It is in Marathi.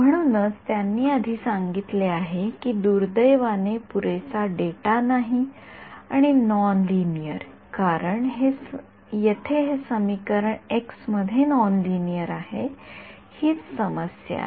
म्हणूनच त्यांनी आधीच सांगितले आहे की दुर्दैवाने पुरेसा डेटा नाही आणि नॉन लिनिअर कारण हे येथे समीकरण एक्स मध्ये नॉन लिनिअर आहे हीच समस्या आहे